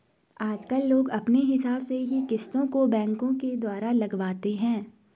आजकल लोग अपने हिसाब से ही किस्तों को बैंकों के द्वारा लगवाते हैं